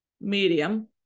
medium